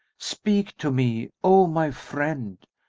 speak to me, o my friend!